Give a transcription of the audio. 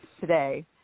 today